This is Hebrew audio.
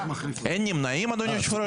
אין נמנעים, אדוני היושב ראש?